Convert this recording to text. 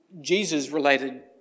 Jesus-related